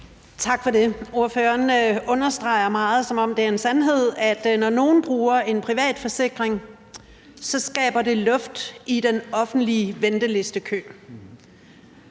Tak for det. Ordføreren understreger meget – som om det er en sandhed – at når nogle bruger en privat forsikring, skaber det luft i den offentlige ventelistekø.